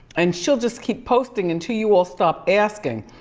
and she'll just keep posting until you all stop asking.